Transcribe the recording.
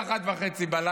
ב-01:30,